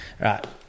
Right